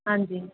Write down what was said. ਹਾਂਜੀ